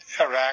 Iraq